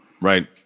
Right